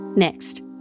Next